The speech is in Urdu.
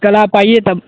کل آپ آئیے تب